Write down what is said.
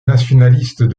nationalistes